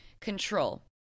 control